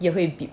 也会 beep eh